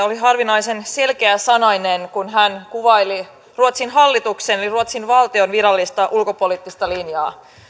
oli harvinaisen selkeäsanainen kun hän kuvaili ruotsin hallituksen eli ruotsin valtion virallista ulkopoliittista linjaa